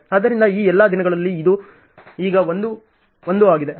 ಆದ್ದರಿಂದ ಈ ಎಲ್ಲಾ ದಿನಗಳಲ್ಲಿ ಇದು ಈಗ 1 1 ಆಗಿದೆ